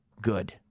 Good